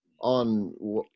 on